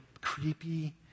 creepy